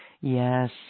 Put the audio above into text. Yes